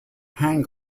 hang